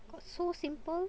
got so simple